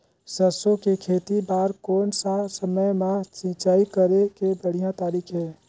सरसो के खेती बार कोन सा समय मां सिंचाई करे के बढ़िया तारीक हे?